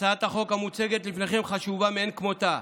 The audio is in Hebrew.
הצעת החוק המוצגת לפניכם חשובה מאין כמותה.